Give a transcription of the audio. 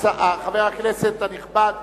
חבר הכנסת הנכבד,